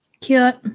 cute